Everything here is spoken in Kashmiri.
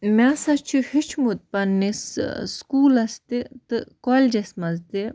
مےٚ ہَسا چھُ ہیوٚچھمُت پَنٛنِس سکوٗلَس تہِ تہٕ کالجَس منٛز تہِ